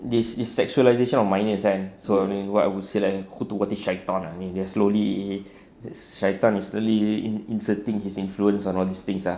this de-sexualisation of minors kan selalunya I would say kan syaiton slowly syaiton is slowly inserting his influence on these things ah